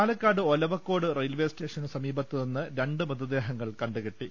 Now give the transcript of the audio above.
പാലക്കാട് ഒലവക്കോട് റെയിൽവെസ്റ്റേഷന് സമീപത്തുനിന്ന് രണ്ട് മൃതദേഹങ്ങൾ കണ്ടുകിട്ടി